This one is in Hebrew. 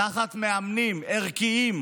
תחת מאמנים ערכיים,